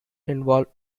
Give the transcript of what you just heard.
involved